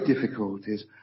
difficulties